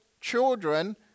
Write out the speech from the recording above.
children